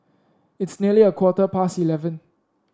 it's nearly a quarter past eleven